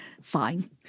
fine